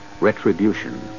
Retribution